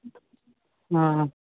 हँ